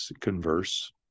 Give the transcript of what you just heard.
converse